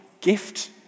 gift